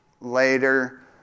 later